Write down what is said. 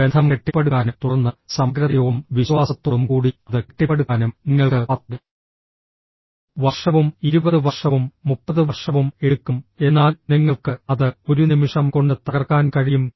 ബന്ധം കെട്ടിപ്പടുക്കാനും തുടർന്ന് സമഗ്രതയോടും വിശ്വാസത്തോടും കൂടി അത് കെട്ടിപ്പടുക്കാനും നിങ്ങൾക്ക് 10 വർഷവും 20 വർഷവും 30 വർഷവും എടുക്കും എന്നാൽ നിങ്ങൾക്ക് അത് ഒരു നിമിഷം കൊണ്ട് തകർക്കാൻ കഴിയും